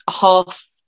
half